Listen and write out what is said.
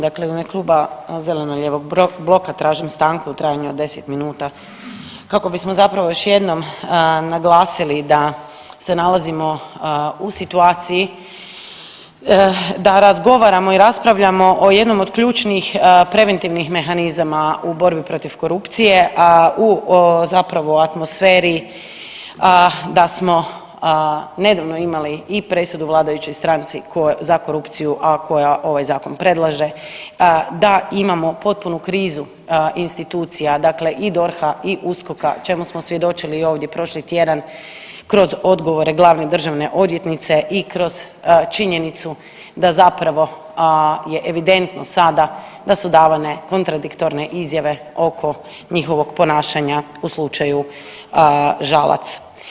Dakle, u ime Kluba zeleno-lijevog bloka tražim stanku u trajanju od 10 minuta kako bismo zapravo još jednom naglasili da se nalazimo u situaciji da razgovaramo i raspravljamo o jednom od ključnih preventivnih mehanizama u borbi protiv korupciji u, zapravo atmosferi da smo nedavno imali i presudu vladajućoj stranci za korupciji, a koja ovaj zakon predlaže, da imamo potpunu krizu institucija, dakle i DORH-a i USKOK-a, čemu smo svjedočili i ovdje prošli tjedan kroz odgovore glavne državne odvjetnice i kroz činjenicu da zapravo je evidentno sada da su davane kontradiktorne izjave oko njihovog ponašanja u slučaju Žalac.